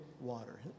water